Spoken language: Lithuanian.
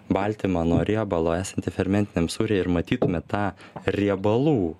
baltymą nuo riebalo esantį fermentiniam sūryje ir matytume tą riebalų